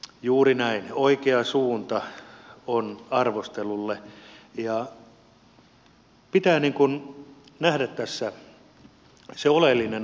juuri näin oikea suunta on arvostelulle ja pitää nähdä tässä se oleellinen asia